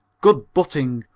good butting,